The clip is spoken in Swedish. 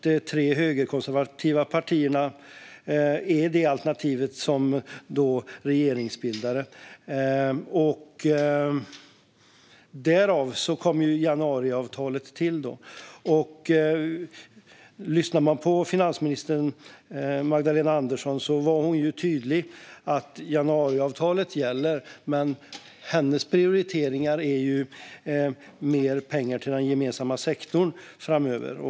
De tre högerkonservativa partierna är det alternativ som i så fall återstår som regeringsbildare. Därav kom januariavtalet till. Finansminister Magdalena Andersson var tydlig med att januariavtalet gäller. Hennes prioritering är mer pengar till den gemensamma sektorn framöver.